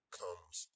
comes